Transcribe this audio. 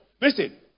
listen